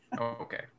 Okay